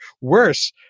worse